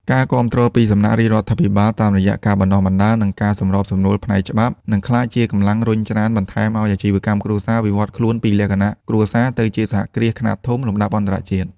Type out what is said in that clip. ការគាំទ្រពីសំណាក់រាជរដ្ឋាភិបាលតាមរយៈការបណ្ដុះបណ្ដាល និងការសម្របសម្រួលផ្នែកច្បាប់ នឹងក្លាយជាកម្លាំងរុញច្រានបន្ថែមឱ្យអាជីវកម្មគ្រួសារវិវត្តខ្លួនពីលក្ខណៈគ្រួសារទៅជាសហគ្រាសខ្នាតធំលំដាប់អន្តរជាតិ។